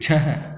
छह